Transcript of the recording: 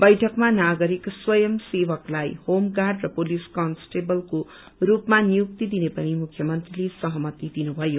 वैठकमा नागरिक स्वयं सेवकलाई होम गाउँ र पुलिस कन्सटेवलको स्पमा नियुक्ती दिने पनि मुख्यमन्त्रीले सहमती दिनुभयो